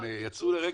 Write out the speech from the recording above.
הם יצאו לרגע,